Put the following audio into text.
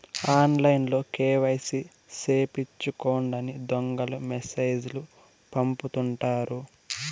ఆన్లైన్లో కేవైసీ సేపిచ్చుకోండని దొంగలు మెసేజ్ లు పంపుతుంటారు